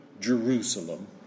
Jerusalem